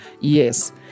yes